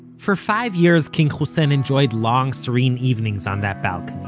for five years king hussein enjoyed long serene evenings on that balcony,